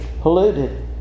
polluted